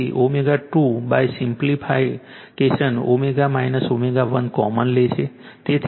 તેથી ω2સિમ્પ્લિફિકેશન ω ω1 કોમન લે છે